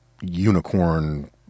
Unicorn